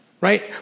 right